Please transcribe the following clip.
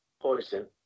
Poison